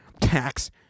tax